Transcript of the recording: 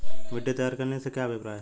मिट्टी तैयार करने से क्या अभिप्राय है?